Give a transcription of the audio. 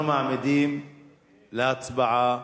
אנחנו מעמידים להצבעה